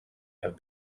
have